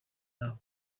yabo